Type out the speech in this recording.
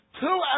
Two